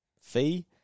fee